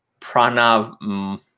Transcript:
Pranav